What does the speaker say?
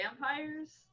vampires